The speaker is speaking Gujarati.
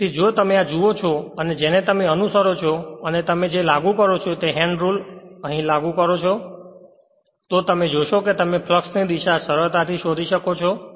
તેથી જો તમે આ જુઓ છો અને તમે જેને અનુસરો છો અને તમે જે લાગુ કરો છો તે હેન્ડ રુલ લાગુ કરો છો તો તમે જોશો કે તમે ફ્લક્ષ ની દિશા સરળતાથી શોધી શકો છો